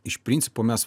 iš principo mes